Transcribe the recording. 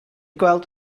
gweld